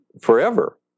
forever